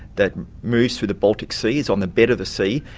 that moves through the baltic sea, it's on the bed of the sea,